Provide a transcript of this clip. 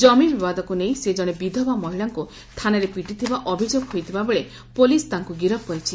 ଜମି ବିବାଦକୁ ନେଇ ସେ ଜଣେ ବିଧବା ମହିଳାଙ୍କୁ ଥାନାରେ ପିଟିଥିବା ଅଭିଯୋଗ ହୋଇଥିବା ବେଳେ ପୁଲିସ ତାଙ୍କୁ ଗିରଫ କରିଛି